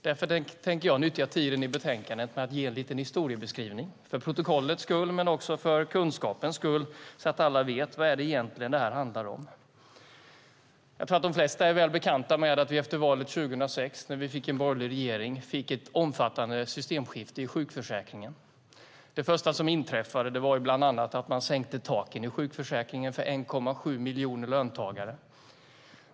Därför tänker jag nyttja tiden i debatten till att ge en liten historieskrivning, för protokollets skull men också för kunskapens skull, så att alla vet vad det här egentligen handlar om. Jag tror att de flesta är väl bekanta med att vi efter valet 2006, när vi fick en borgerlig regering, fick ett omfattande systemskifte i sjukförsäkringen. Det första som inträffade var bland annat att man sänkte taken i sjukförsäkringen för 1,7 miljoner löntagare.